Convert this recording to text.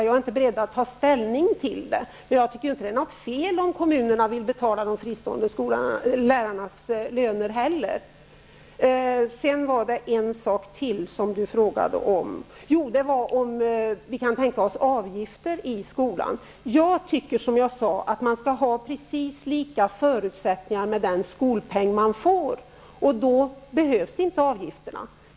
Jag är inte beredd att ta ställning till det nu. Jag tycker inte att det är något fel i om kommunerna vill betala de fristående skolornas lärarlöner. Björn Samuelson frågade vidare om vi kan tänka oss avgifter i skolan. Jag tycker att alla skall ha precis lika förutsättningar med den skolpeng som man får. Då behövs inga avgifter.